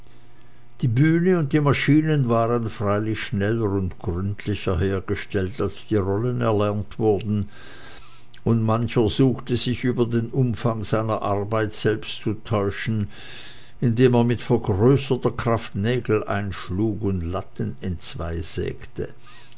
die bühne und die maschinen waren freilich schneller und gründlicher hergestellt als die rollen erlernt wurden und mancher suchte sich über den umfang seiner aufgabe selbst zu täuschen indem er mit vergrößerter kraft nägel einschlug und latten